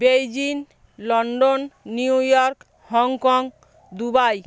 Beijing London New York Hong Kong Dubai